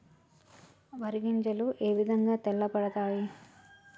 వరి గింజలు ఏ విధంగా తెల్ల పడతాయి?